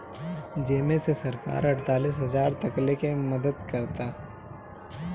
जेमे से सरकार अड़तालीस हजार तकले के मदद करता